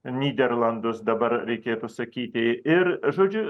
nyderlandus dabar reikėtų sakyti ir žodžiu